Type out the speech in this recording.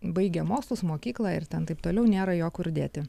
baigė mokslus mokyklą ir ten taip toliau nėra jo kur dėti